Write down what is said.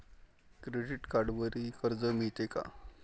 Credit कार्डवरही कर्ज मिळते का?